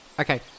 Okay